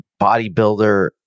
bodybuilder